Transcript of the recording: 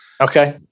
Okay